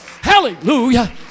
Hallelujah